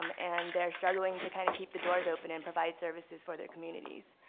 um and they are struggling to kind of keep the doors open and provide services for their communities.